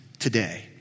today